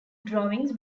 drawings